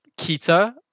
Kita